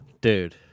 Dude